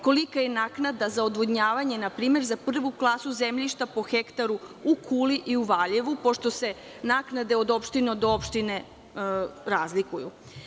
Kolika je naknada za odvodnjavanje npr. za prvu klasu zemljišta po hektaru u Kuli i u Valjevu, pošto se naknade od opštine do opštine razlikuju?